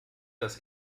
das